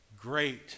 great